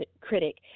critic